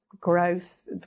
growth